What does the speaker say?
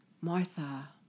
Martha